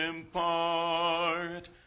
impart